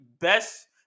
best